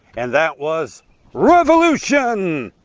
and that was revolution!